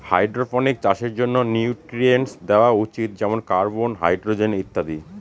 hydroponics চাষের জন্য nutrients দেওয়া উচিত যেমন কার্বন, হাইড্রজেন ইত্যাদি